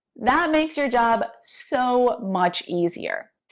that makes your job so much easier.